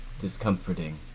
discomforting